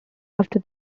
after